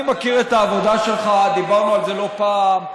אני מכיר את העבודה שלך, דיברנו על זה לא פעם.